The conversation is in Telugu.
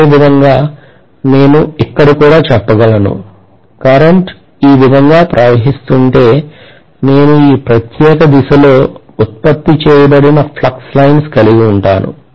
అదే విధంగా నేను ఇక్కడ కూడా చెప్పగలను కరెంట్ ఈ విధంగా ప్రవహిస్తుంటే నేను ఈ ప్రత్యేక దిశలో ఉత్పత్తి చేయబడిన ఫ్లక్స్ లైన్స్ కలిగి ఉంటాను